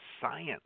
science